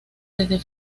desde